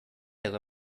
eta